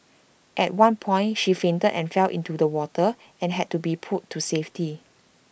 at one point she fainted and fell into the water and had to be pulled to safety